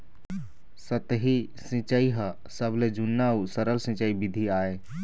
सतही सिंचई ह सबले जुन्ना अउ सरल सिंचई बिधि आय